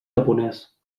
japonès